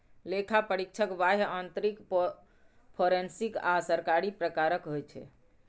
लेखा परीक्षक बाह्य, आंतरिक, फोरेंसिक आ सरकारी प्रकारक होइ छै